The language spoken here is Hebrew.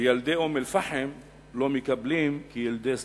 וילדי אום-אל-פחם לא מקבלים כילדי שדרות,